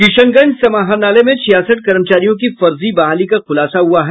किशनगंज समाहरणालय में छियासठ कर्मचारियों की फर्जी बहाली का खुलासा हुआ है